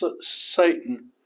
Satan